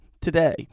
today